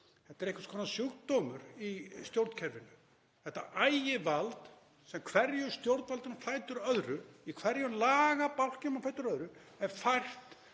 þetta er einhvers konar sjúkdómur í stjórnkerfinu, þetta ægivald sem hverju stjórnvaldinu á fætur öðru, í hverjum lagabálkinum á fætur öðrum, er fært